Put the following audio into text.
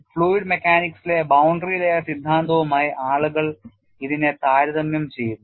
fluid മെക്കാനിക്സിലെ boundary layer സിദ്ധാന്തവുമായി ആളുകൾ ഇതിനെ താരതമ്യം ചെയ്യുന്നു